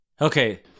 okay